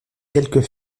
quelques